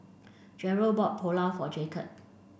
Jerrell bought Pulao for Jacob